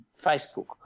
Facebook